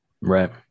Right